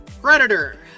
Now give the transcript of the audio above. Predator